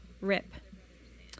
Rip